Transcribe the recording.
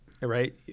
right